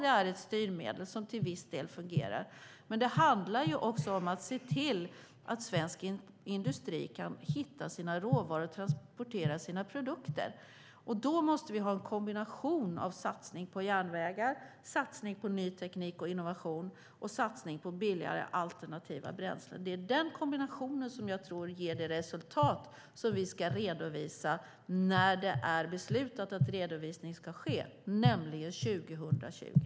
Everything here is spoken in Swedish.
Det är styrmedel som till viss del fungerar, men det handlar också om att se till att svensk industri kan hitta sina råvaror och transportera sina produkter. Den är den kombinationen som jag tror ger det resultat som vi ska redovisa när det är beslutat att redovisning ska ske, nämligen 2020.